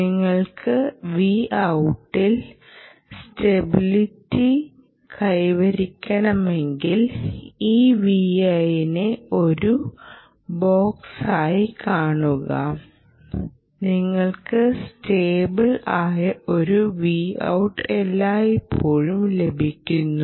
നിങ്ങൾക്ക് Voutൽ സ്റ്റബിലിറ്റി കൈവരിക്കണമെങ്കിൽ ഈ Vi നെ ഒരു ബോക്സായി കാണുക നിങ്ങൾക്ക് സ്റ്റബിൾ ആയ ഒരു Vout എല്ലായ്പ്പോഴും ലഭിക്കുന്നു